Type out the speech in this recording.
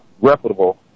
reputable